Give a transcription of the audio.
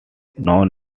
known